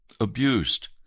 abused